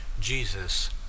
Jesus